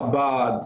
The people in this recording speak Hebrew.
חב"ד,